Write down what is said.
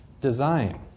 design